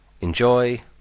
enjoy